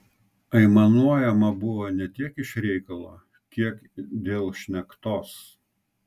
aimanuojama buvo ne tiek iš reikalo kiek dėl šnektos